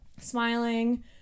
Smiling